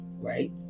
Right